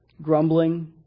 Grumbling